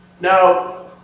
Now